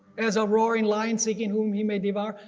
as a roaring lion seeking whom he may devour.